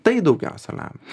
tai daugiausiai lemia